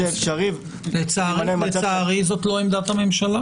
ממש לא.